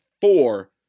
four